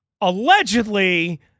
Allegedly